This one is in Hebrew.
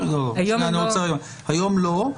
היום לא.